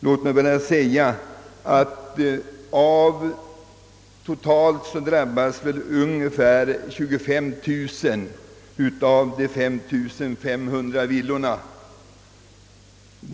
Låt mig bara nämna att av de totalt 350 000 villorna drabbas ungefär 25 000.